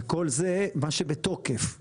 וכל זה מה שבתוקף,